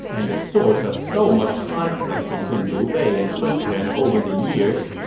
and the source of so much conflict between liu bei and sun quan over the years,